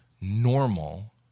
normal